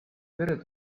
pere